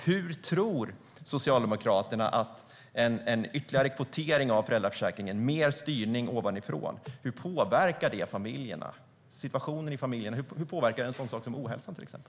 Hur tror Socialdemokraterna att en ytterligare kvotering av föräldraförsäkringen, alltså mer styrning ovanifrån, påverkar situationen i familjerna? Hur påverkar en sådan sak som ohälsa, till exempel?